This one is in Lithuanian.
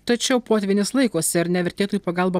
tačiau potvynis laikosi ar nevertėtų į pagalbą